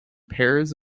pairs